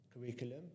curriculum